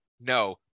no